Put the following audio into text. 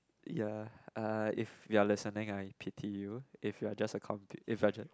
ya uh if you're listening I pity you if you are just a comp~ if you are just